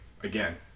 again